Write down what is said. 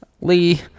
Lee